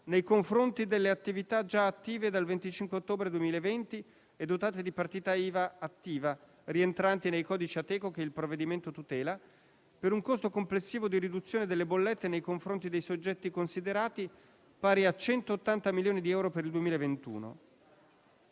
nei confronti delle attività già attive dal 25 ottobre 2020 e dotate di partita IVA attiva rientranti nei codici Ateco che il provvedimento tutela, per un costo complessivo di riduzione delle bollette nei confronti dei soggetti considerati pari a 180 milioni di euro per il 2021.